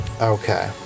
Okay